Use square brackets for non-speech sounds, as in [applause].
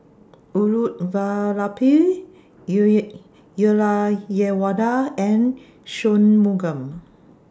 Elattuvalapil [unintelligible] and Shunmugam